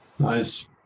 Nice